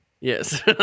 Yes